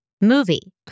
Movie